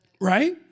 Right